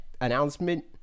announcement